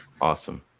Awesome